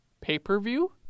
pay-per-view